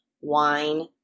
wine